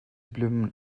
blumen